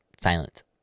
silence